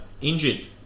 injured